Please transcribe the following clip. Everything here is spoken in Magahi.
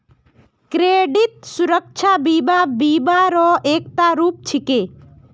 क्रेडित सुरक्षा बीमा बीमा र एकता रूप छिके